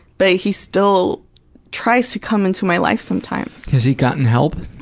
but he still tries to come into my life sometimes. has he gotten help?